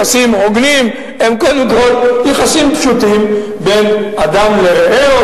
יחסים הוגנים הם קודם כול יחסים פשוטים בין אדם לרעהו,